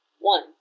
One